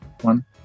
one